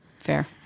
Fair